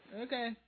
okay